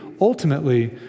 ultimately